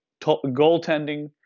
goaltending